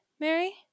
Mary